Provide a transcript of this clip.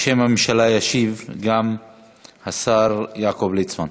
בשם הממשלה ישיב גם השר יעקב ליצמן.